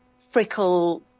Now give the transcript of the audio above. freckle